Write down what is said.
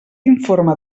informe